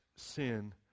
sin